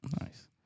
Nice